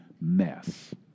mess